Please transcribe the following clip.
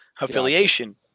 affiliation